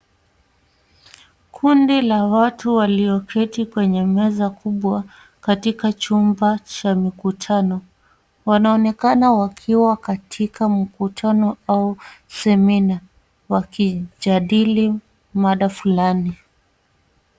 Kundi la watu walioketi kwenye meza kubwa katika chumba cha mkutano. Wanaonekana wakiwa katika mkutano au seminar wakijadili mada fulani.